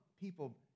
people